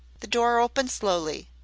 the door opened slowly.